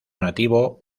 nativo